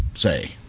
say,